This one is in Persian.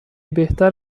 بهتر